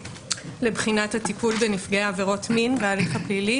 לבחינת הטיפול בנפגעי עבירות מין וההליך הפלילי,